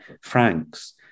francs